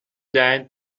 than